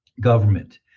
government